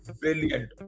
brilliant